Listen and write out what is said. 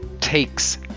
takes